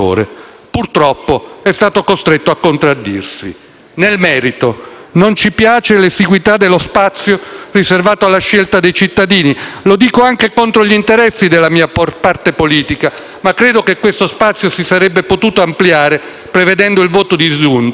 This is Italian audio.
Nel merito, non ci piace l'esiguità dello spazio riservato alla scelta dei cittadini. Lo dico anche contro gli interessi della mia parte politica, ma credo che questo spazio si sarebbe potuto ampliare prevedendo il voto disgiunto, e ciò avrebbe potuto valorizzare ancor di più